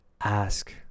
ask